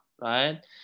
right